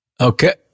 Okay